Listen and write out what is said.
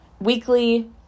weekly